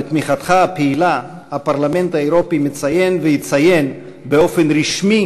בתמיכתך הפעילה הפרלמנט האירופי מציין ויציין באופן רשמי